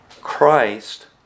Christ